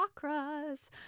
chakras